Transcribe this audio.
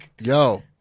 Yo